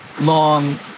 long